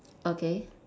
okay